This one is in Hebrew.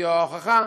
כי ההוכחה,